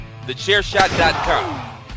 TheChairShot.com